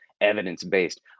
evidence-based